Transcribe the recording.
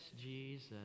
Jesus